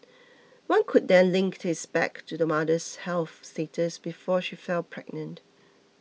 one could then link this back to the mother's health status before she fell pregnant